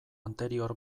anterior